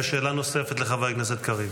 בבקשה, שאלת המשך, ושאלה נוספת, לחבר הכנסת קריב.